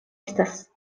estas